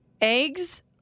eggs